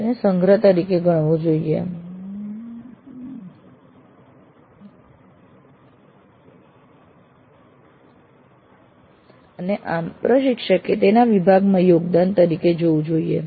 તેને સંગ્રહ તરીકે ગણવો જોઈએ વિભાગ કક્ષાએ જાળવવામાં આવે છે અને આમ પ્રશિક્ષકે તેને વિભાગમાં યોગદાન તરીકે જોવું જોઈએ